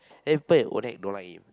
and then people in Odac don't like him